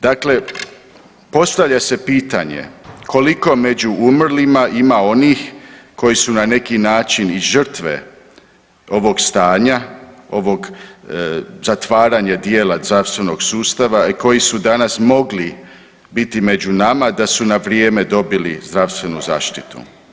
Dakle, postavlja se pitanje koliko među umrlima ima onih koji su na neki način i žrtve ovog stanja, ovog zatvaranja dijela zdravstvenog sustava i koji su danas mogli biti među nama da su na vrijeme dobili zdravstvenu zaštitu?